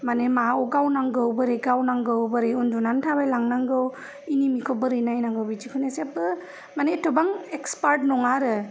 मानि माव गावनांगौ बोरै गावनांगौ बोरै उन्दुनानै थाबायलांनांगौ एनिमेखौ बोरै नायनांगौ बिदिखौनो जेबो मानि एथबां एक्सपार्ट नङा आरो